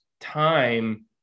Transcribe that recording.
time